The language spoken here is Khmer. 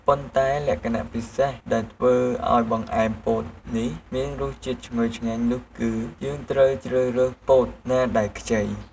ប៉ុន្តែ លក្ខណៈពិសេសដែលធ្វើឱ្យបង្អែមពោតនេះមានរសជាតិឈ្ងុយឆ្ងាញ់នោះគឺ យើងត្រូវជ្រើសរើសពោតណាដែលខ្ចី។